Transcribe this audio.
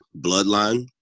bloodline